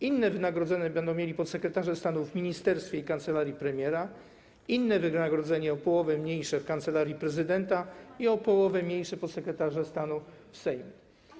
Inne wynagrodzenia będą mieli podsekretarze stanu w ministerstwie i kancelarii premiera, a inne wynagrodzenie, o połowę mniejsze, w kancelarii prezydenta i o połowę mniejsze podsekretarze stanu w Sejmie.